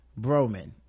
Broman